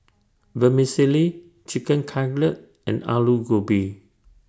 Vermicelli Chicken Cutlet and Alu Gobi